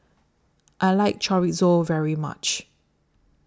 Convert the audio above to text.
I like Chorizo very much